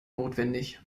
notwendig